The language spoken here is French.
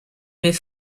mais